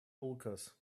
ulcers